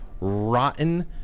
rotten